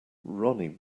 ronnie